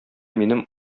минем